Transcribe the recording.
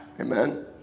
amen